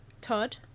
Todd